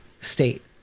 state